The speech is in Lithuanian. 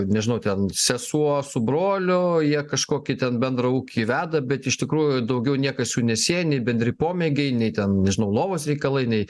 nežinau ten sesuo su broliu jie kažkokį ten bendrą ūkį veda bet iš tikrųjų daugiau niekas jų nesieja nei bendri pomėgiai nei ten nežinau lovos reikalai nei